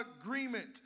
agreement